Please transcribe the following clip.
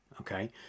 okay